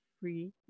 free